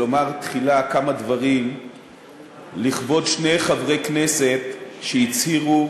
לומר תחילה כמה דברים לכבוד שני חברי כנסת שנמצאים